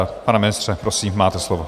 Pane ministře, prosím, máte slovo.